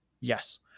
Yes